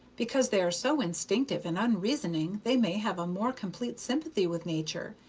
because they are so instinctive and unreasoning they may have a more complete sympathy with nature,